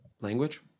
Language